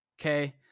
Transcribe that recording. Okay